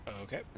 Okay